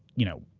you know,